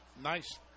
nice